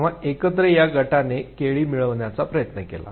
तेव्हा एकत्र या गटाने केली मिळवण्याचा प्रयत्न केला